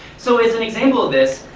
so as an example of this,